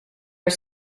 are